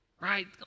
right